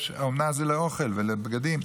האומנה זה לאוכל ולבגדים.